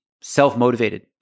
self-motivated